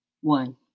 one